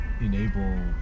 enable